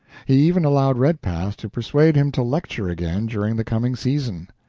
he even allowed redpath to persuade him to lecture again during the coming season.